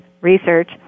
Research